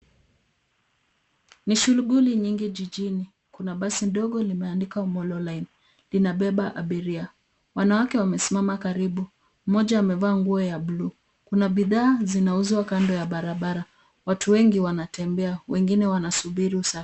Ni shughuli nyingi jijini. Kuna basi ndogo limeandikwa Molo Line. Linabeba abiria. Wanawake wamesimama karibu. Mmoja amevaa nguo ya bluu. Kuna bidhaa zinauzwa kando ya barabara. Watu wengi wanatembea. Wengine wanasubiri usafiri.